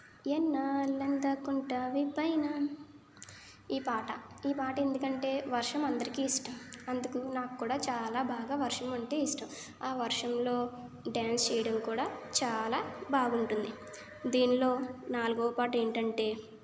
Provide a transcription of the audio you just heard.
ఎన్నాళ్ళని దాక్కుంటావే పైన ఈ పాట ఈ పాట ఎందుకంటే వర్షం అందరికీ ఇష్టం అందుకు నాకు కూడా చాలా బాగా వర్షం అంటే ఇష్టం ఆ వర్షంలో డాన్స్ చేయడం కూడ చాలా బాగుంటుంది దీనిలో నాలుగో పాట ఏంటంటే